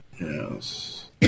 Yes